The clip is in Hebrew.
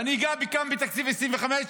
ואני אגע בתקציב 2025,